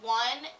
one